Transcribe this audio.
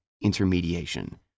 intermediation